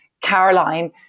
Caroline